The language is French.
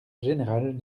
général